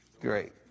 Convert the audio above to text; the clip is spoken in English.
Great